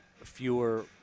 fewer